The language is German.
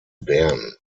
bern